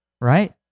right